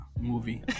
movie